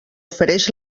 ofereix